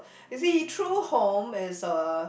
you see true home is uh